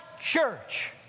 church